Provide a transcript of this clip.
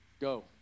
Go